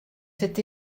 cet